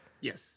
Yes